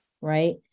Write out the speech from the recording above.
right